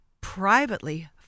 privately